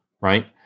right